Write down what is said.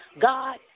God